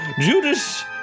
Judas